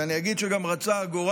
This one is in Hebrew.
ואני גם אגיד שרצה הגורל,